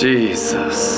Jesus